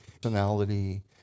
personality